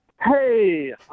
Hey